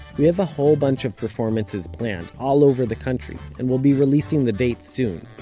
we have a whole bunch of performances planned, all over the country, and we'll be releasing the dates soon.